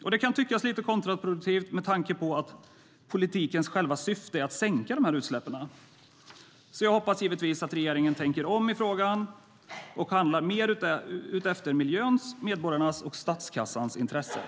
Det kan tyckas lite kontraproduktivt med tanke på att politikens själva syfte är att minska dessa utsläpp. Jag hoppas givetvis att regeringen tänker om i frågan och handlar mer utefter miljöns, medborgarnas och statskassans intressen.